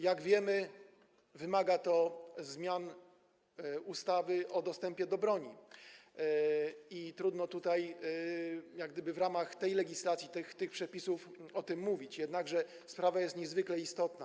Jak wiemy, wymaga to zmian ustawy o dostępie do broni i trudno tutaj w ramach tej legislacji, tych przepisów o tym mówić, jednakże sprawa jest niezwykle istotna.